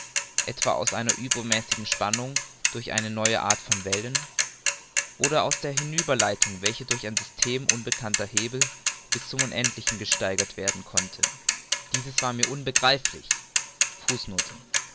etwa aus einer übermäßigen spannung durch eine neue art von wellen oder aus der hinüberleitung welche durch ein system unbekannter hebel bis zum unendlichen gesteigert werden konnte dieses war mir unbegreiflich